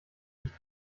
nicht